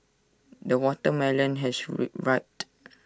the watermelon has rived